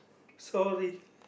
sorry